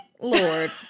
Lord